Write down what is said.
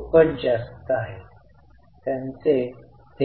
आपण त्यांना पैसे देतो